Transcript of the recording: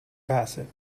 bassett